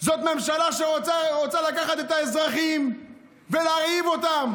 זאת ממשלה שרוצה לקחת את האזרחים ולהרעיב אותם.